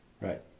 Right